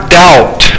doubt